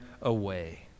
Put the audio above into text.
away